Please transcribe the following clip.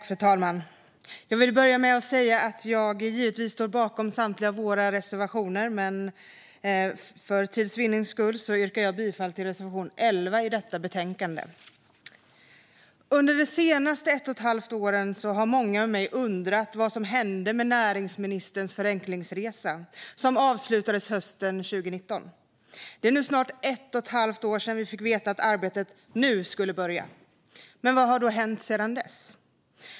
Fru talman! Jag vill börja med att säga att jag givetvis står bakom samtliga våra reservationer, men för tids vinning yrkar jag bifall endast till reservation 11 i betänkandet. Under ett och ett halvt år nu har många med mig undrat vad som hände med näringsministerns förenklingsresa som avslutades hösten 2019. Det är nu snart ett och ett halvt år sedan vi fick veta att arbetet skulle börja. Vad har då hänt sedan dess?